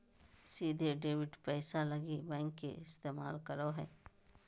सीधे डेबिट पैसा लगी बैंक के इस्तमाल करो हइ